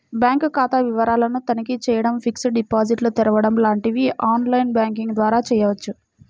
bank ఖాతా వివరాలను తనిఖీ చేయడం, ఫిక్స్డ్ డిపాజిట్లు తెరవడం లాంటివి ఆన్ లైన్ బ్యాంకింగ్ ద్వారా చేయవచ్చు